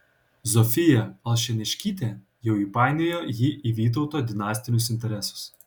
zofija alšėniškytė jau įpainiojo jį į vytauto dinastinius interesus